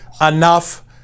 enough